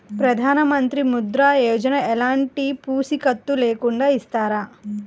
ప్రధానమంత్రి ముద్ర యోజన ఎలాంటి పూసికత్తు లేకుండా ఇస్తారా?